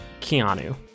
Keanu